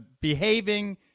behaving